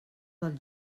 del